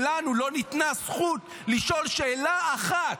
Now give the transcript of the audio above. ולנו לא ניתנה הזכות לשאול שאלה אחת,